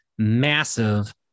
Massive